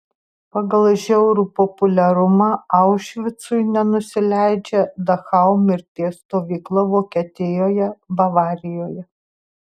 pagal žiaurų populiarumą aušvicui nenusileidžia dachau mirties stovykla vokietijoje bavarijoje